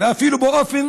ואפילו באופן